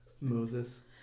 moses